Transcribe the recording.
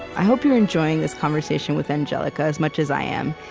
i hope you're enjoying this conversation with angelica as much as i am.